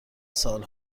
سال